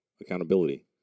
accountability